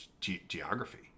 geography